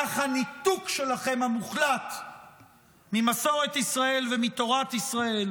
כך הניתוק שלכם המוחלט ממסורת ישראל ומתורת ישראל,